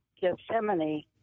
Gethsemane